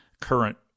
current